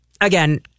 again